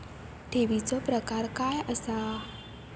ठेवीचो प्रकार काय असा?